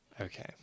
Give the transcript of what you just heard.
Okay